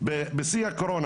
בשיא הקורונה,